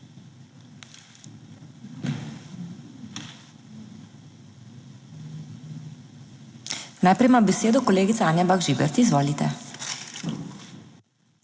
Najprej ima besedo kolegica Anja Bah Žibert, izvolite.